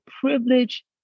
privilege